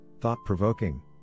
thought-provoking